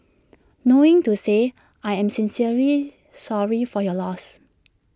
knowing to say I am sincerely sorry for your loss